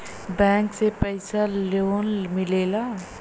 Bank से कइसे loan मिलेला?